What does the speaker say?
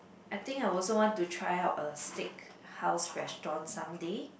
I think I also want to try out a steak house restaurant some day